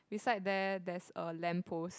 beside there there's a lamp post